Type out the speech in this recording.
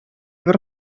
бер